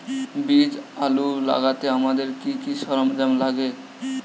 বীজ আলু লাগাতে আমাদের কি কি সরঞ্জাম লাগে?